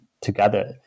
together